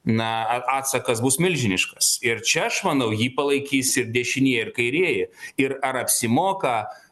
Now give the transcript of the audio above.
na atsakas bus milžiniškas ir čia aš manau jį palaikys ir dešinieji ir kairieji ir ar apsimoka